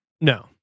No